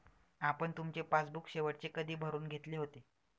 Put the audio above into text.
आपण तुमचे पासबुक शेवटचे कधी भरून घेतले होते?